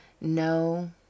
No